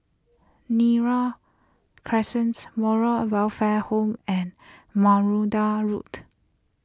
Neram Crescents Moral or Welfare Home and Road